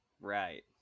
Right